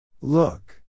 Look